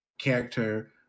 character